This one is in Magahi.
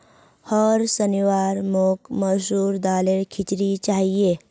होर शनिवार मोक मसूर दालेर खिचड़ी चाहिए